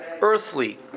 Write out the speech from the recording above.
earthly